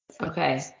Okay